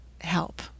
help